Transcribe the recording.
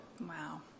wow